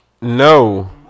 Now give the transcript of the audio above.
No